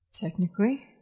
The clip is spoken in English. technically